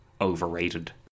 overrated